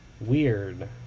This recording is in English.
Weird